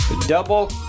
Double